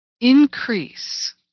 increase